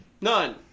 None